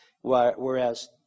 Whereas